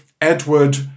Edward